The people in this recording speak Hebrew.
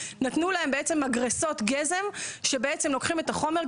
נתנו להם בעצם מגרסות גזם שבעצם לוקחים את החומר,